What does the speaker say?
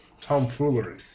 Tomfoolery